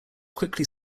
quickly